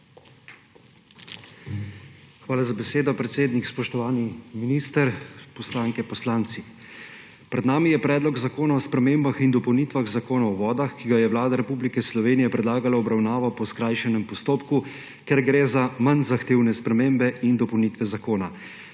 Hvala za besedo, predsednik. Spoštovani minister! Poslanke, poslanci! Pred nami je predlog zakona o spremembah in dopolnitvah Zakona o vodah, ki ga je Vlada Republike Slovenije predlagala v obravnavo po skrajšanem postopku, ker gre za manj zahtevne spremembe in dopolnitve zakona.